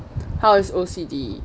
how is O_C_D